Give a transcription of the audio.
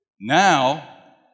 Now